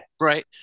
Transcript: Right